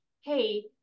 Hey